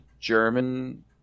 German